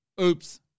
Oops